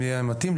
אם זה יהיה מתאים,